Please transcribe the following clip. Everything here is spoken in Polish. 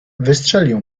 wystrzelił